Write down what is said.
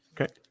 Okay